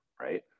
right